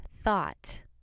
thought